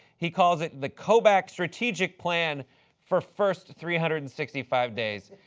he called it the kobach strategic plan for first three hundred and sixty five days.